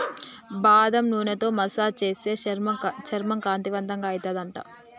బాదం నూనెతో మసాజ్ చేస్తే చర్మం కాంతివంతంగా అయితది అంట